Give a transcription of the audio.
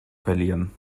verlieren